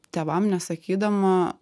tėvam nesakydama